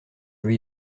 lui